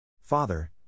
Father